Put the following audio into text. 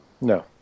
No